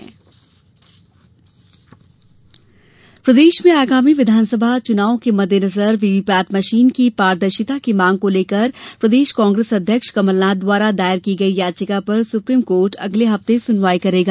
VVPAT की जांच प्रदेश में आगामी विधानसभा चुनाव के मददेनजर वीवीपेट मशीन की पारदर्शिता की मांग को लेकर प्रदेश कांग्रेस अध्यक्ष कमलनाथ द्वारा दायर की गयी याचिका पर सुप्रीम कोर्ट अगले हफ्ते सुनवायी करेगा